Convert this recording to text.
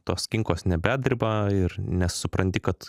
tos kinkos nebedreba ir nes supranti kad